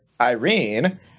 Irene